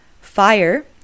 Fire